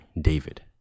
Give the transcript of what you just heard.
David